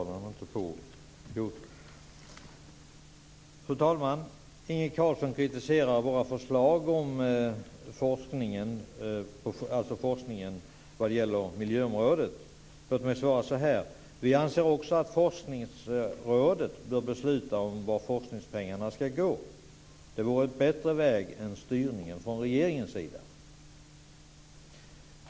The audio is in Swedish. Fru talman! Inge Carlsson kritiserar våra forskningsförslag på miljöområdet men låt mig svara så här: Vi anser också att Forskningsrådet bör besluta om vart forskningspengarna ska gå. Det vore en bättre väg än styrningen från regeringens sida.